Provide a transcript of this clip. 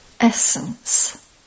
Essence